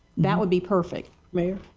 that would be perfect? mayor?